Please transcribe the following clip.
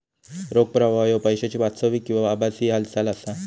रोख प्रवाह ह्यो पैशाची वास्तविक किंवा आभासी हालचाल असा